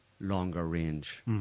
longer-range